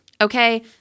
okay